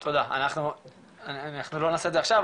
--- אנחנו לא נעשה את זה עכשיו,